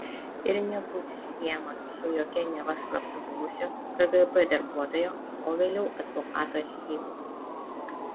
ir nebūti siejamas su jokiu neva slaptu buvusio kgb darbuotojo o vėliau advokato archyvu